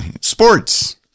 Sports